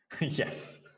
Yes